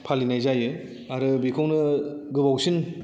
फालिनाय जायो आरो बेखौनो गोबावसिन